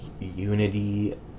Unity